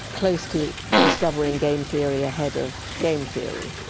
close to discovering game theory ahead of game theory.